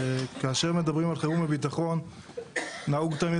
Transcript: כאשר מדברים על חירום וביטחון נהוג תמיד